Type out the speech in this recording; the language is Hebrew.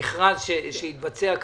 במכרז שהתבצע בחוק.